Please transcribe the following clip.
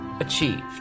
achieved